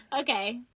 Okay